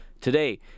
today